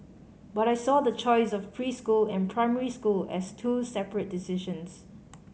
but I saw the choice of preschool and primary school as two separate decisions